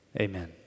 Amen